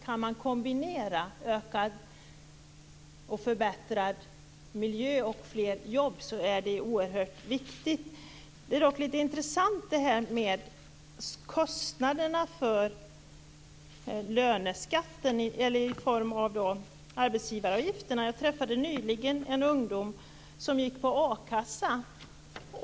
Kan man kombinera en förbättrad miljö med fler jobb är det oerhört viktigt. Frågan om arbetsgivaravgifterna är intressant. Jag träffade nyligen en ungdom som gick på a-kassa.